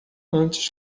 antes